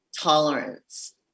tolerance